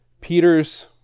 Peter's